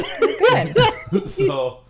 Good